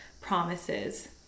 promises